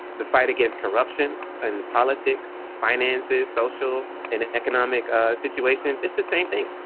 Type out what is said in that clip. the fight against corruption and politics, finances, social and economic situations. it's the same thing.